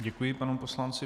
Děkuji panu poslanci.